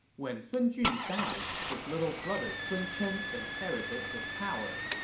when sun jun died, his little brother sun chen inherited his power.